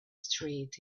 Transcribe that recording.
street